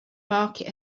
market